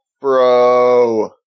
Bro